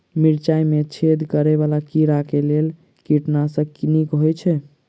मिर्चाय मे छेद करै वला कीड़ा कऽ लेल केँ कीटनाशक नीक होइ छै?